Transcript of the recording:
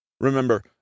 Remember